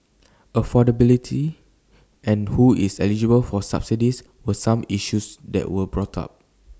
affordability and who is eligible for subsidies were some issues that were brought up